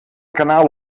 kanaal